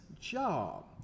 job